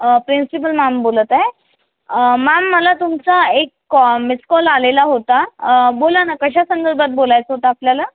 principal ma'am बोलत आहे ma'am मला तुमचा एक कॉल मिसकॉल आलेला होता बोला ना कशासंदर्भात बोलायचं होतं आपल्याला